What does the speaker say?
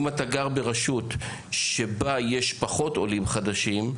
אם אתה גר ברשות שבה יש פחות עולים חדשים,